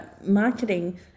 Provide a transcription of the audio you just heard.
marketing